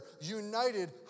united